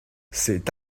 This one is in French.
c’est